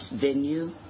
venue